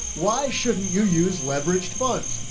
why shouldn't you use leveraged funds?